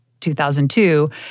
2002